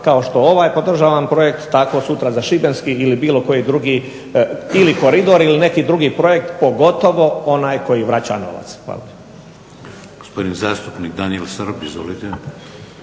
kao što ovaj podržavam projekt tako sutra za šibenski ili bilo koji drugi ili koridor ili neki drugi projekt, pogotovo onaj koji vraća novac. Hvala. **Šeks, Vladimir (HDZ)** Gospodin zastupnik Daniel Srb, izvolite.